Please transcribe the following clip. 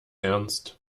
ernst